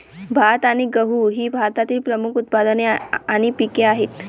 भात आणि गहू ही भारतातील प्रमुख उत्पादने आणि पिके आहेत